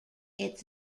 its